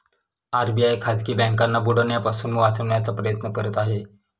RBI खाजगी बँकांना बुडण्यापासून वाचवण्याचा प्रयत्न करत आहे